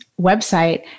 website